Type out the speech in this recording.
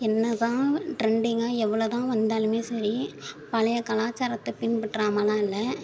என்ன தான் ட்ரெண்டிங்காக எவ்வளோ தான் வந்தாலும் சரி பழைய கலாச்சாரத்தை பின்பற்றாமலாம் இல்லை